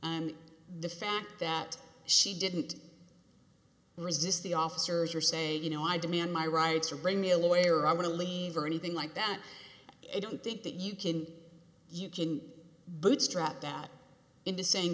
and the fact that she didn't resist the officers are saying you know i demand my rights or bring me a lawyer i want to leave or anything like that i don't think that you can you can bootstrap that into sa